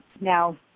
now